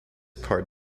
part